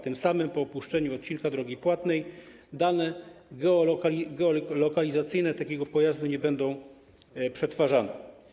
Tym samym po opuszczeniu odcinka drogi płatnej dane geolokalizacyjne takiego pojazdu nie będą przetwarzane.